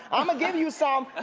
um give you some.